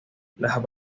las